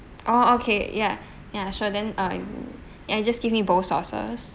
oh okay ya ya sure then uh ya you just give me both sauces